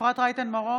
אפרת רייטן מרום,